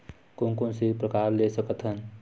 कोन कोन से प्रकार ले कर सकत हन?